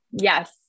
yes